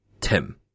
Tim